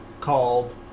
called